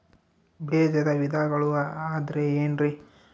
ಬೇಜದ ವಿಧಗಳು ಅಂದ್ರೆ ಏನ್ರಿ?